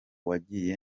wagiye